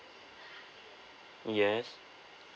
yes